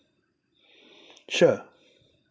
sure